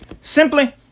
Simply